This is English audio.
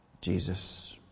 Jesus